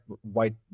white